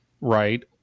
right